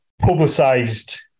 publicized